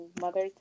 mother